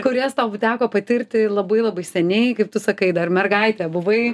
kurias tau teko patirti labai labai seniai kaip tu sakai dar mergaitė buvai